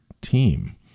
team